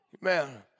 Man